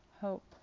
hope